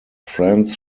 friends